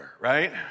right